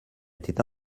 étaient